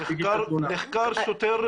נחקר שוטר בקשר לתלונה?